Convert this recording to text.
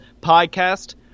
podcast